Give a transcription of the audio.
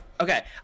Okay